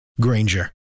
Granger